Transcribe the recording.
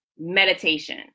meditation